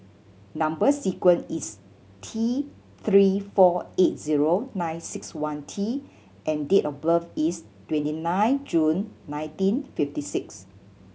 number sequence is T Three four eight zero nine six one T and date of birth is twenty nine June nineteen fifty six